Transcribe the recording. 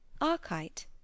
Archite